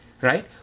Right